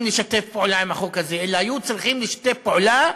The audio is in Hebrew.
לשתף פעולה עם החוק הזה אלא היו צריכים לשתף פעולה